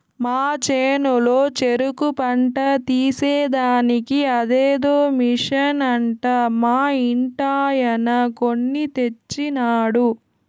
మా చేనులో చెరుకు పంట తీసేదానికి అదేదో మిషన్ అంట మా ఇంటాయన కొన్ని తెచ్చినాడు